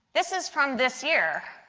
this is from this year.